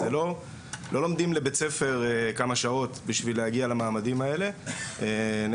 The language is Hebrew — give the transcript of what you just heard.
לא לומדים בבית ספר כמה שעות כדי להגיע למעמדים האלה,